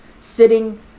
Sitting